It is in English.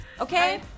okay